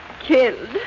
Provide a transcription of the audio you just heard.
killed